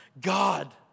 God